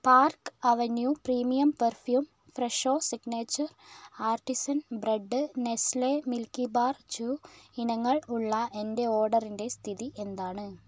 park Avenue premium perfume Fresho signature artisan bread Nestle Milkybar Choo ഇനങ്ങൾ ഉള്ള എന്റെ ഓഡറിന്റെ സ്ഥിതി എന്താണ്